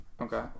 Okay